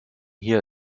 hier